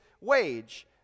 wage